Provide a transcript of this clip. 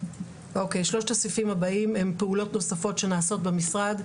שלושת הסעיפים הבאים הם פעולות נוספות שנעשות במשרד.